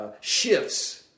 shifts